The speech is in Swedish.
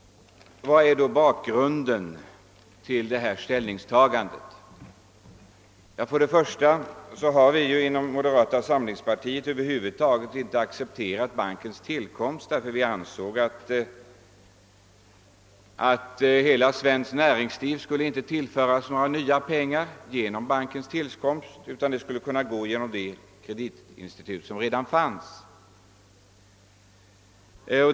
Vad är då bakgrunden till vårt ställningstagande? Inom moderata samlingspartiet har vi över huvud taget inte accepterat bankens tillkomst. Vi ansåg att det svenska näringslivet inte skulle tillföras några nya pengar genom bankens tillkomst, utan detta skulle ske genom de kreditinstitut som redan fanns.